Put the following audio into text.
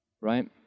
right